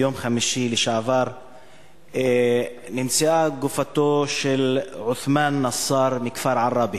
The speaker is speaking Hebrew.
ביום חמישי שעבר נמצאה גופתו של עות'מאן נסאר מכפר עראבה.